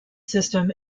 system